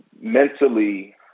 mentally